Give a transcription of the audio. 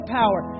power